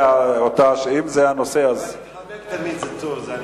אבל להתחמק זה תמיד טוב.